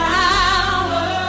power